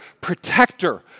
protector